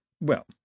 Well